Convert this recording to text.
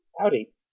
Howdy